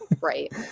Right